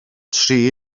tri